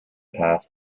pass